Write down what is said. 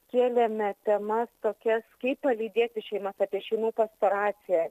kėlėme temas tokias kaip palydėti šeimas apie šeimų pastoraciją